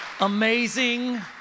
amazing